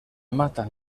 matan